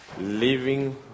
living